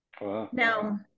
Now